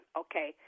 okay